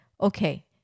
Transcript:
okay